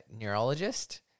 neurologist